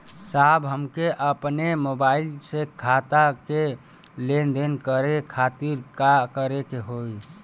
साहब हमके अपने मोबाइल से खाता के लेनदेन करे खातिर का करे के होई?